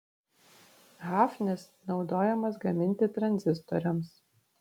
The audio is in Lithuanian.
hafnis naudojamas gaminti tranzistoriams